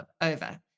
over